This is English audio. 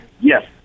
yes